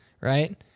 right